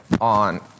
on